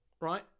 Right